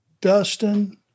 Dustin